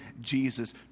Jesus